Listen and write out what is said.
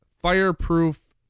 Fireproof